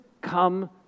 come